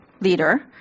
leader